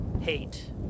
hate